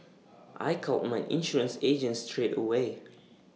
I called my insurance agent straight away